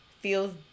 feels